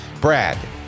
Brad